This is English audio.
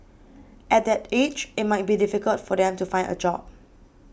at that age it might be difficult for them to find a job